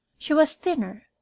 she was thinner,